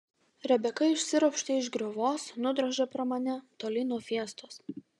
rebeka išsiropštė iš griovos nudrožė pro mane tolyn nuo fiestos